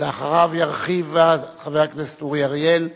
ואחריו ירחיב חבר הכנסת אורי אריאל.